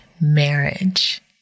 marriage